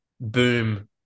boom